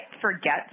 forget